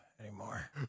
anymore